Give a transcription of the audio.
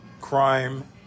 crime